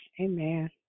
Amen